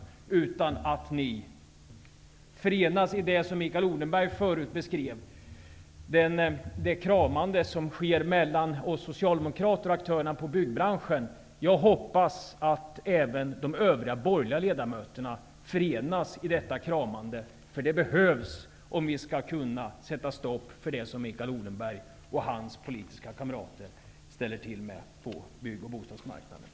Jag hoppas att ni förenas i det som Mikael Oden berg tidigare beskrev, nämligen det kramande som sker mellan oss socialdemokrater och aktö rerna på byggmarknaden. Jag hoppas också att även de övriga borgerliga ledamöterna förenas i detta kramande. Det be hövs om ni skall kunna sätta stopp för det som Mikael Odenberg och hans politiska kamrater ställer till med på bygg och bostadsmarknaden.